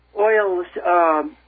oil